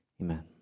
Amen